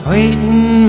Waiting